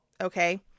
Okay